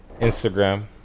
Instagram